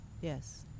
yes